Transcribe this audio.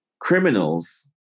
criminals